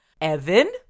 Evan